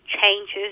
changes